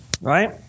Right